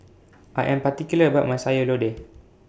I Am particular about My Sayur Lodeh